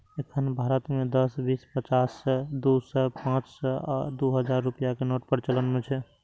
एखन भारत मे दस, बीस, पचास, सय, दू सय, पांच सय आ दू हजार रुपैया के नोट प्रचलन मे छै